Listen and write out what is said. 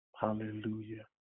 hallelujah